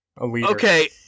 Okay